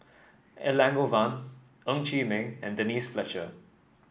Elangovan Ng Chee Meng and Denise Fletcher